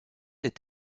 est